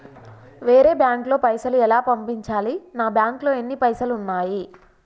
వేరే బ్యాంకుకు పైసలు ఎలా పంపించాలి? నా బ్యాంకులో ఎన్ని పైసలు ఉన్నాయి?